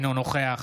אינו נוכח